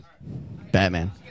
Batman